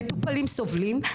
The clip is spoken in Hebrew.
מטופלים סובלים,